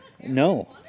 No